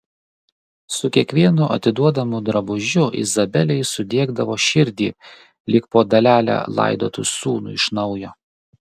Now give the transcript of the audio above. su kiekvienu atiduodamu drabužiu izabelei sudiegdavo širdį lyg po dalelę laidotų sūnų iš naujo